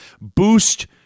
boost